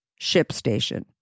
ShipStation